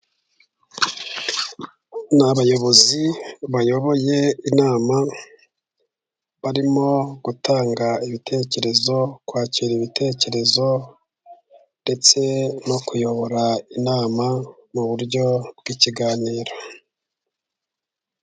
Ni abayobozi bayoboye inama, barimo gutanga ibitekerezo, kwakira ibitekerezo, ndetse no kuyobora inama mu buryo bw'ikiganiro.